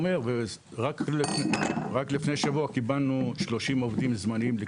רק לפני שבוע קיבלנו קליטה של 30 עובדים זמניים.